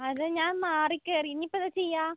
അതെ ഞാൻ മാറിക്കയറി ഇനി ഇപ്പം എന്താണ് ചെയ്യുക